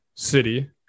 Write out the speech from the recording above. city